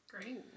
Great